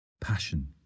Passion